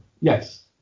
Yes